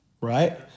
right